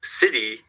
city